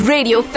Radio